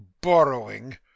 Borrowing